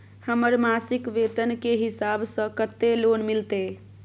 हमर मासिक वेतन के हिसाब स कत्ते लोन मिलते?